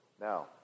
now